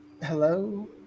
hello